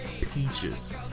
peaches